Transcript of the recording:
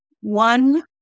one